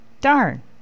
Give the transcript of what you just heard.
Darn